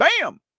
bam